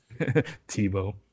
Tebow